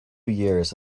years